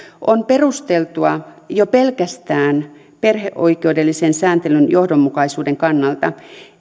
on perusteltua jo pelkästään perheoikeudellisen sääntelyn johdonmukaisuuden kannalta